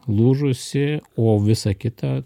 lūžusi o visa kita